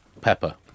pepper